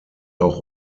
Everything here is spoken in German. auch